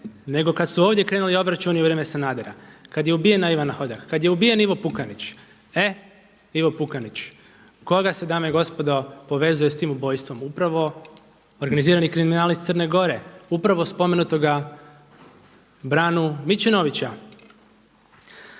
nego kada su ovdje krenuli obračuni u vrijeme Sanadera, kada je ubijena Ivana Hodak, kada je ubijen Ivo Pukanić. E, Ivo Pukanić, koga se dame i gospodo povezuje sa tim ubojstvom? Upravo organizirani kriminal iz Crne Gore, upravo spomenutoga Branu Mičinovića.